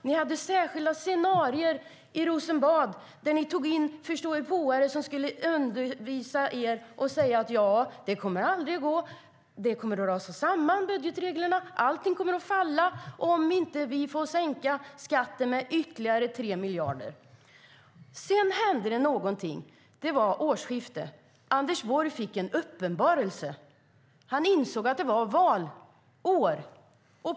Ni hade särskilda scenarier i Rosenbad. Ni tog in förståsigpåare som skulle undervisa er och som sade: Det kommer aldrig att gå; budgetreglerna kommer att rasa samman. Allting kommer att falla om ni inte får sänka skatten med ytterligare 3 miljarder. Sedan hände det någonting vid årsskiftet. Anders Borg fick en uppenbarelse. Han insåg att det var valår.